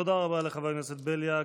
תודה רבה לחבר הכנסת בליאק.